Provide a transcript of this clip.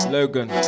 Logan